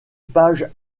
page